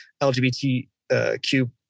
LGBTQ